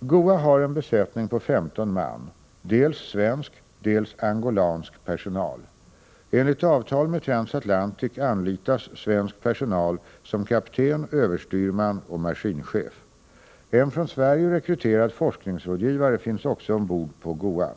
GOA har en besättning på 15 man — dels svensk, dels angolansk personal. Enligt avtal med Transatlantic anlitas svensk personal som kapten, överstyrman och maskinchef. En från Sverige rekryterad forskningsrådgivare finns också ombord på GOA.